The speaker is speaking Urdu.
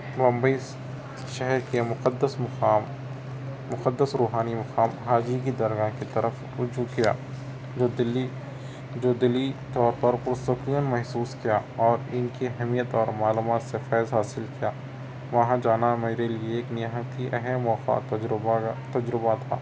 ممبئی اِس شہر کے مقدس مقام مقدس روحانی مقام حاجی کی درگاہ کی طرف رجوع کیا جو دلِی جو دِلی طور پر پُرسکون محسوس کیا اور اِن کی اہمیت اور معلومات سے فیض حاصل کیا وہاں جانا میرے لئے ایک نہایت ہی اہم اور خاص تجربہ تجربہ تھا